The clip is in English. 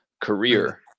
career